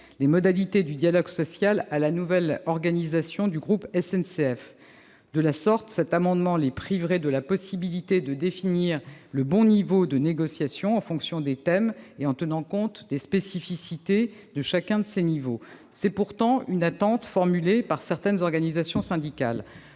les modalités du dialogue social à la nouvelle organisation du groupe SNCF. De la sorte, cet amendement les priverait de la faculté de définir le bon niveau de négociation en fonction des thèmes et en tenant compte des spécificités de chacun de ces niveaux. C'est pourtant une attente formulée par certaines organisations syndicales.